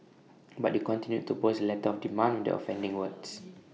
but you continued to post the letter of demand the offending words